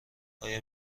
آیا